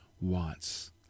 wants